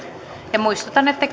ja nousemalla seisomaan muistutan että